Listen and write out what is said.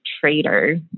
traitor